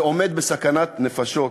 ועומד בסכנת נפשות.